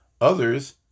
Others